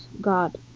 God